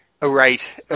Right